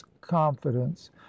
confidence